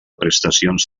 prestacions